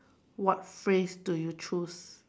what phrase do you choose